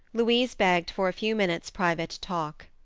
louise begged for a few minutes' private talk.